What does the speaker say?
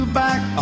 back